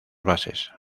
bases